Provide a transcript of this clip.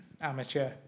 amateur